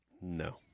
No